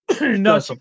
No